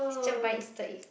cher buy easter egg